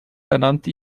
ernannte